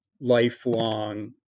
lifelong